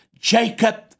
Jacob